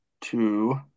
two